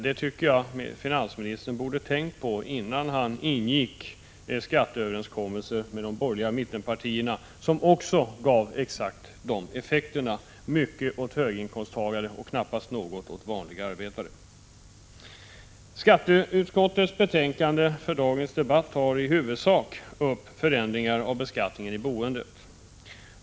Det tycker jag att finansministern borde ha tänkt på innan han ingick skatteöverenskommelsen med de borgerliga mittenpartierna, den överenskommelse som gav exakt de effekterna — mycket åt höginkomsttagare och knappast något åt vanliga arbetare. Skatteutskottets betänkande för dagens debatt tar i huvudsak upp förändringar av beskattningen i boendet.